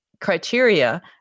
criteria